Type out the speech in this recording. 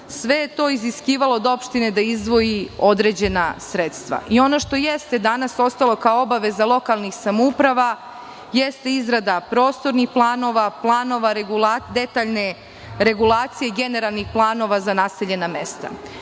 Sve je to iziskivalo od opštine da izdvoji određena sredstava. Ono što jeste danas ostalo kao obaveza lokalnih samouprava jeste izrada prostornih planova, planova detaljne regulacije, generalnih planova za naseljena mesta.